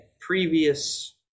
previous